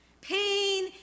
Pain